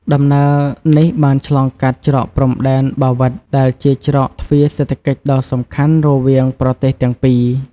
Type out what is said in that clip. ដំណើរនេះបានឆ្លងកាត់ច្រកព្រំដែនបាវិត ដែលជាច្រកទ្វារសេដ្ឋកិច្ចដ៏សំខាន់រវាងប្រទេសទាំងពីរ។